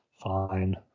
Fine